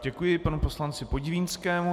Děkuji panu poslanci Podivínskému.